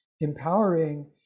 empowering